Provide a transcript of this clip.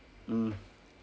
mm